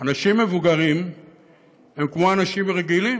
אנשים מבוגרים הם כמו אנשים רגילים,